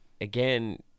again